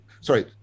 sorry